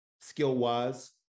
skill-wise